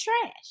trash